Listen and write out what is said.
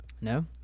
No